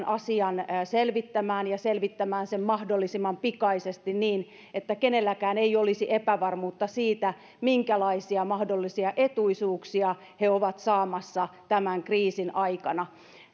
asian selvittämään ja selvittämään sen mahdollisimman pikaisesti niin että kenelläkään ei olisi epävarmuutta siitä minkälaisia mahdollisia etuisuuksia he ovat saamassa tämän kriisin aikana